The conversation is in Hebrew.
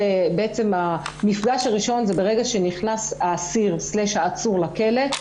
המפגש הראשון זה ברגע שנכנס האסיר/עצור לכלא,